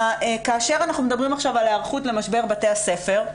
כאשר אנחנו מדברים עכשיו על ההיערכות למשבר בתי הספר,